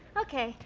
okay.